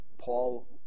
Paul